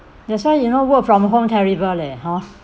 that's why you know work from home terrible leh hor